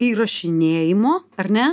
įrašinėjimo ar ne